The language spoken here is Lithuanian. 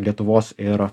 lietuvos ir